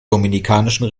dominikanischen